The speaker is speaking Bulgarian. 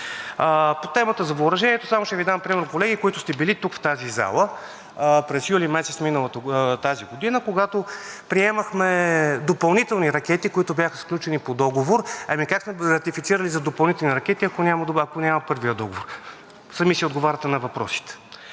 По темата за въоръжението. Само ще Ви дам пример, колеги, които сте били тук – в тази зала, през месец юли тази година, когато приемахме допълнителни ракети, които бяха сключени по договор. Ами как сме ги ратифицирали тези допълнителни ракети, ако го няма първия договор?! Сами си отговаряте на въпросите.